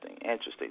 Interesting